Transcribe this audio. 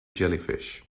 jellyfish